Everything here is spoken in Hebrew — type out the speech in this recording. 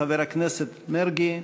חבר הכנסת מרגי,